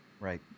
right